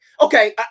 okay